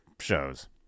shows